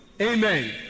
Amen